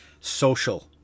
social